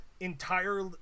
entire